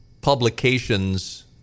publications